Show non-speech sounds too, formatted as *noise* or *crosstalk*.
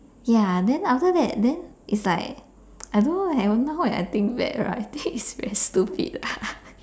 ya then after that then it's like I don't know leh now when I think back right I think it's very stupid lah *laughs*